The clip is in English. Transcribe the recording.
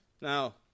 Now